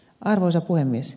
arvoisa puhemies